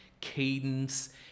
cadence